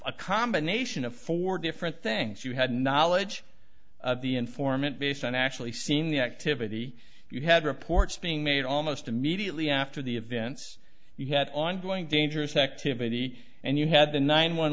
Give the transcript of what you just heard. a combination of four different things you had knowledge of the informant based on actually seen the activity you had reports being made almost immediately after the events you had ongoing dangerous activity and you had the nine one